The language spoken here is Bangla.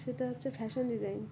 সেটা হচ্ছে ফ্যাশন ডিজাইন